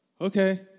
okay